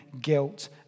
guilt